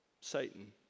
Satan